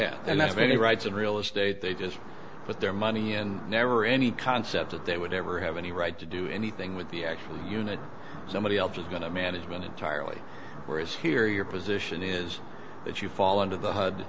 have and that's very rights of real estate they just put their money and never any concept that they would ever have any right to do anything with the actual unit somebody else is going to management entirely whereas here your position is that you fall under the hood